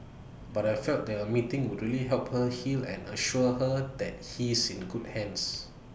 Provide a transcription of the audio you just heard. but I felt that A meeting would really help her heal and assure her that he's in good hands